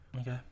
okay